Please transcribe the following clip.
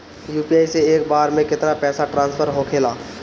UPI से एक बार मे केतना पैसा ट्रस्फर होखे ला?